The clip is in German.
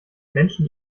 menschen